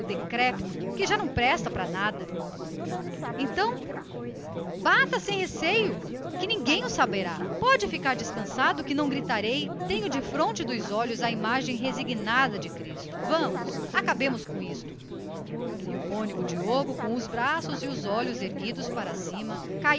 decrépito que já não presta para nada então bata sem receio que ninguém o saberá pode ficar descansado que não gritarei tenho defronte dos olhos a imagem resignada de cristo que sofreu muito mais e o cônego diogo com os braços e olhos erguidos para cima